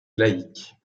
laïque